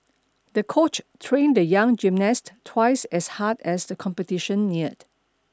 the coach trained the young gymnast twice as hard as the competition neared